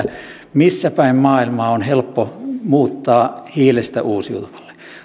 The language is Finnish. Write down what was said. missä päin maailmaa on helppo muuttaa hiilestä uusiutuvalle